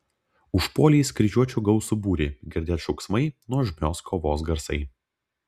užpuolė jis kryžiuočių gausų būrį girdėt šauksmai nuožmios kovos garsai